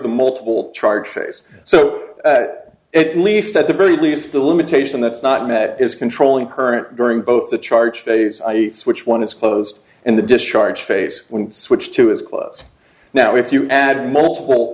the multiple charges so at least at the very least the limitation that's not met is controlling current during both the charge phase i switch one is closed and the discharge phase when switch two is close now if you add multiple